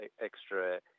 extra